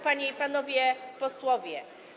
Panie i Panowie Posłowie!